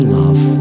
love